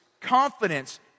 confidence